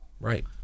Right